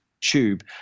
tube